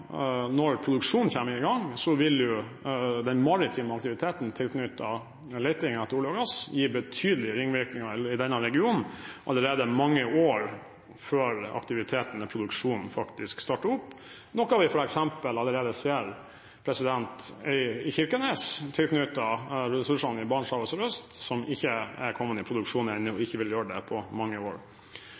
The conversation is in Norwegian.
når produksjonen kommer i gang, vil den maritime aktiviteten tilknyttet leting etter olje og gass gi betydelige ringvirkninger i denne regionen allerede mange år før aktiviteten og produksjonen faktisk starter opp, noe vi f.eks. allerede ser i Kirkenes i forbindelse med ressursene i Barentshavet sørøst, som ikke er kommet i produksjon ennå og ikke vil gjøre det på mange år.